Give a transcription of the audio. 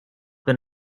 been